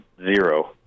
zero